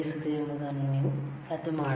ಎಂಬುದನ್ನು ನೀವು ಅಳತೆ ಮಾಡಬಹುದು